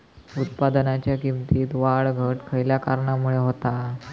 उत्पादनाच्या किमतीत वाढ घट खयल्या कारणामुळे होता?